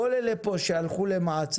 כל אלה פה שהלכו למעצר,